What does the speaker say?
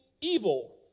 evil